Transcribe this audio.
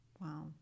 Wow